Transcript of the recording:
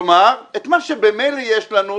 כלומר, את מה שממילא יש לנו.